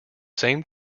same